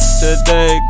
today